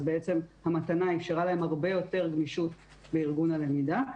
אז בעצם המתנה אפשרה להם הרבה יותר גמישות לארגון הלמידה.